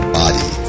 body